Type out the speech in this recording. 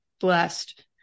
blessed